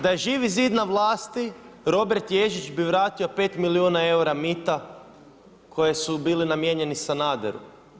Da je Živi zid na vlasti Robert Ježić bi vratio 5 milijuna eura mita koji su bili namijenjeni Sanaderu.